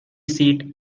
seat